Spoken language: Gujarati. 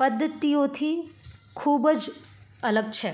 પદ્ધતિઓથી ખૂબ જ અલગ છે